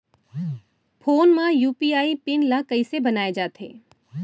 Phone म UPI pin ल कइसे बनाये जाथे?